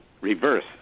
reverse